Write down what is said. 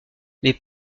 les